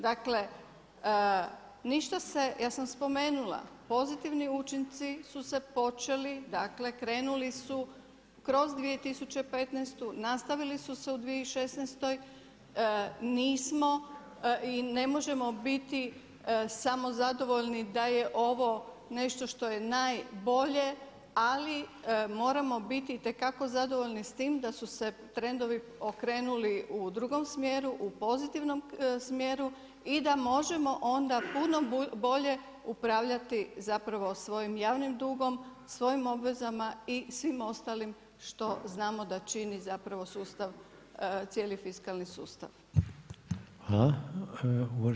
Dakle ništa se, ja sam spomenula pozitivni učinci su se počeli, dakle krenuli su kroz 2015., nastavili su se u 2016.-oj, nismo i ne možemo biti samo zadovoljni da je ovo nešto što je najbolje ali moramo biti itekako zadovoljni s tim da su se trendovi okrenuli u drugom smjeru, u pozitivnom smjeru, i da možemo onda puno bolje upravljati zapravo svojim javnim dugom, osvojim obvezama i svim ostalim što znamo da čini zapravo cijeli fiskalni sustav.